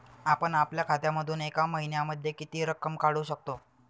आपण आपल्या खात्यामधून एका महिन्यामधे किती रक्कम काढू शकतो?